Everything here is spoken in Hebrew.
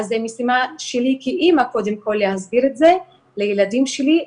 אז המשימה שלי כאמא קודם כל להסביר את זה לילדים שלי,